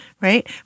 right